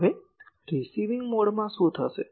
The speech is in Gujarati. હવે રીસીવિંગ મોડમાં શું થશે